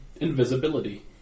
Invisibility